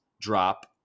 drop